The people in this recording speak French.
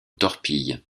torpille